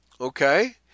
Okay